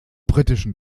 britischen